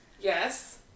Yes